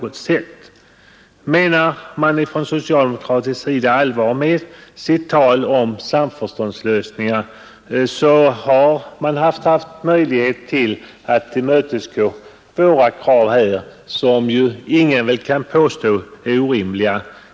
Om man från socialdemokratisk sida menade allvar med sitt tal om sam förståndslösningar, så har man ju haft möjligheter att visa detta genom att tillmötesgå våra krav, som väl ingen kan påstå är orimliga.